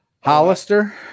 Hollister